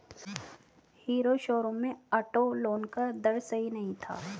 hero showroom में auto loan का दर सही नहीं था